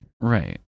Right